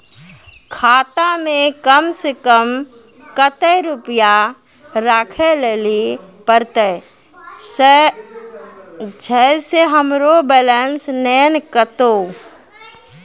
खाता मे कम सें कम कत्ते रुपैया राखै लेली परतै, छै सें हमरो बैलेंस नैन कतो?